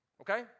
Okay